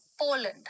Poland